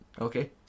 Okay